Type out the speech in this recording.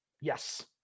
Yes